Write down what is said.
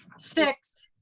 six,